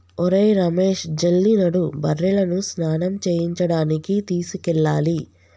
ఒరేయ్ రమేష్ జల్ది నడు బర్రెలను స్నానం చేయించడానికి తీసుకెళ్లాలి